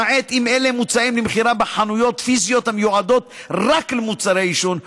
למעט אם אלה מוצעים למכירה בחנויות פיזיות המיועדות רק למוצרי עישון,